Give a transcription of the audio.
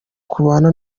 kubana